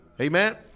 Amen